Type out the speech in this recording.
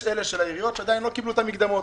יש כאלה של העיריות שעדיין לא קיבלו את המקדמות,